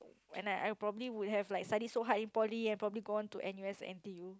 and I probably would have like studied so hard in poly and probably gone on to N_U_S N_T_U